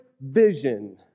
vision